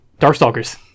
Darkstalkers